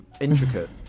intricate